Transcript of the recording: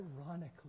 ironically